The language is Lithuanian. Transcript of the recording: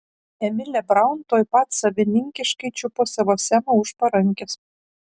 emilė braun tuoj pat savininkiškai čiupo savo semą už parankės